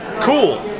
Cool